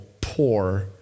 poor